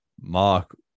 mark